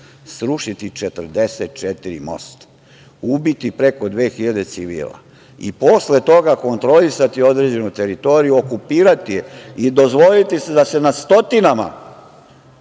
Srušiti 44 mosta, ubiti preko dve hiljade civila, i posle toga kontrolisati određenu teritoriju, okupirati je i dozvoliti da se nad stotinama